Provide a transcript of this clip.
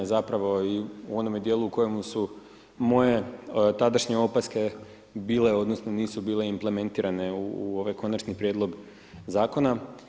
Zapravo u onome dijelu u kojemu su moje tadašnje opaske bile, odnosno nisu bile implementirane u ovaj Konačni prijedlog zakona.